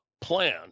plan